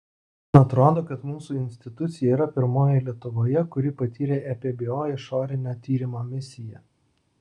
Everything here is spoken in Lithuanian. man atrodo kad mūsų institucija yra pirmoji lietuvoje kuri patyrė ebpo išorinio tyrimo misiją